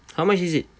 how much is it